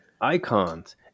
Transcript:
icons